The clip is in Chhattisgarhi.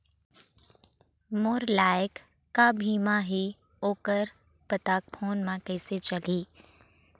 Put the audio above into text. मोर लायक का का बीमा ही ओ कर पता फ़ोन म कइसे चलही?